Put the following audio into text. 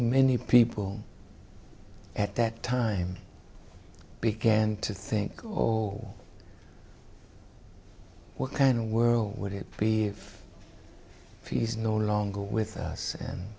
many people at that time began to think or what kind of world would it be if he's no longer with us